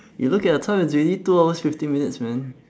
you look at the time it's already two hours fifteen minutes man